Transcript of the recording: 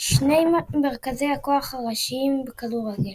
שני מרכזי הכוח הראשיים בכדורגל.